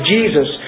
Jesus